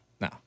No